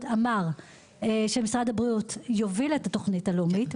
אמר שמשרד הבריאות יוביל את התוכנית הלאומית,